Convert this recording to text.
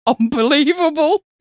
Unbelievable